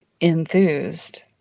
enthused